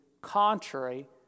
contrary